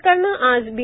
सरकारनं आज बी